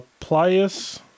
Plius